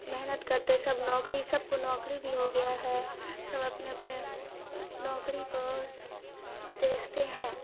محنت کرتے سب نوکری سب کو نوکری بھی ہو گیا ہے سب اپنے اپنے نوکری کو دیکھتے ہیں